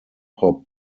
hop